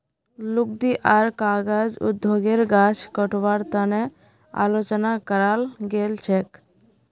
लुगदी आर कागज उद्योगेर गाछ कटवार तने आलोचना कराल गेल छेक